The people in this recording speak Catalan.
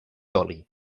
oli